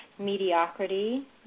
mediocrity